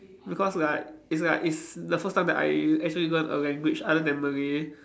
because like it's like it's the first time that I actually learnt a language other than Malay